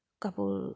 কাপোৰ